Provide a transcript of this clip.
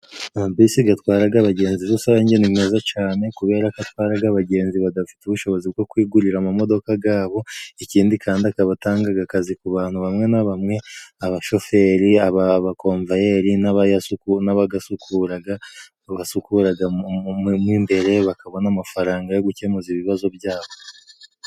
Amabisi gatwaraga abagenzi rusange ni meza cane kuberako atwaraga abagenzi badafite ubushobozi bwo kwigurira amamodoka gabo, ikindi kandi akaba atangaga akazi ku bantu bamwe na bamwe abashoferi, abakomvayeri, n'abayasuku n'abagasukuraga abasukuragamo imbere, bakabona amafaranga yo gukemuza ibibazo byabo.